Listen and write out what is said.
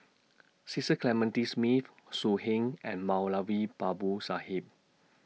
Cecil Clementi Smith So Heng and Moulavi Babu Sahib